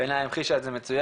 בעיני המחישה את זה מצוין,